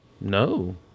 No